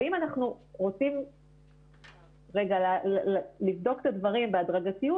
ואם אנחנו רוצים לבדוק את הדברים בהדרגתיות